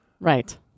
right